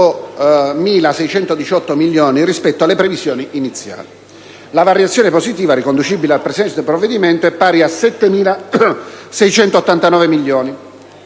8.618 milioni rispetto alle previsioni iniziali. La variazione positiva riconducibile al presente provvedimento è pari a 7.689 milioni,